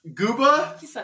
Gooba